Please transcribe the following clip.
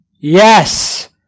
Yes